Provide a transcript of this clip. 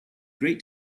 great